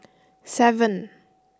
seven